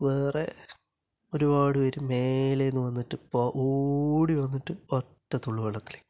വേറെ ഒരുപാട് പേര് മേലെന്നു വന്നിട്ട് ഇപ്പോള് ഓടി വന്നിട്ട് ഒറ്റ തുള്ളല് വെള്ളത്തിലേക്ക്